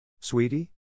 Sweetie